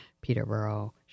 peterborough